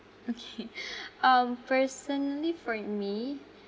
okay um personally for me